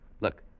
Look